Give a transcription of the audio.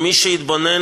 מי שיתבונן